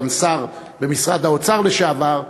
גם שר במשרד האוצר לשעבר,